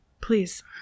Please